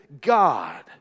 God